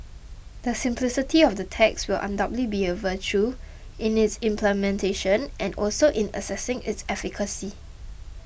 the simplicity of the tax will undoubtedly be a virtue in its implementation and also in assessing its efficacy